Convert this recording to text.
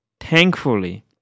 thankfully